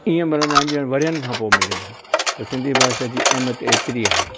ईअं मिलंदा आहिनि जीअं वड़िअनि खां पोइ मिलिया आहिनि त सिंधी भाषा जी अहमियत एतिरी आहे